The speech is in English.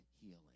Healing